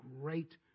great